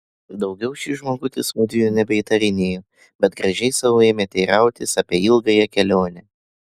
daugiau šis žmogutis mudviejų nebeįtarinėjo bet gražiai sau ėmė teirautis apie ilgąją kelionę